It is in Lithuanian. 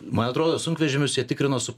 man atrodo sunkvežimius jie tikrino su